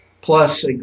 plus